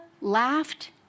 laughed